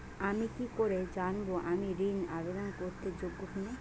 আমি কি করে জানব আমি ঋন আবেদন করতে যোগ্য কি না?